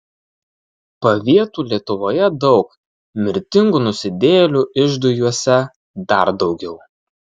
pavietų lietuvoje daug mirtingų nusidėjėlių iždui juose dar daugiau